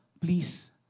Please